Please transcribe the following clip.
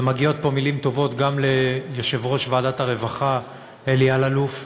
ומגיעות פה מילים טובות גם ליושב-ראש ועדת הרווחה אלי אלאלוף,